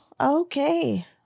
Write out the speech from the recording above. okay